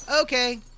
okay